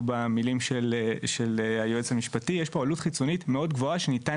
במילים של היועץ המשפטי עלות חיצונית מאוד גבוהה שניתן